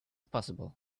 possible